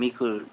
మీకు